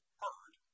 heard